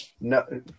No